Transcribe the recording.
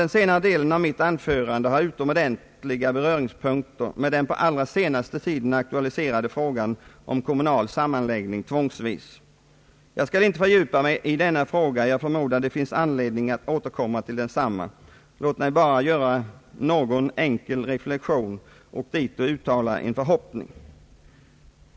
Den senare delen av mitt anförande har utomordentliga beröringspunkter med den på allra senaste tiden aktualiserade frågan om kommunal sammanläggning tvångsvis. Jag skall inte fördjupa mig i denna fråga, ty jag förmodar att det finns anledning att återkomma. Låt mig bara göra någon enkel reflexion och uttala en förhoppning.